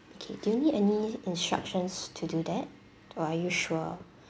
okay do you need any instructions to do that or are you sure